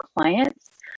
clients